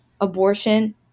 Abortion